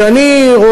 מה שאני רואה,